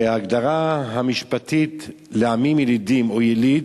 וההגדרה המשפטית לעמים ילידים, או יליד,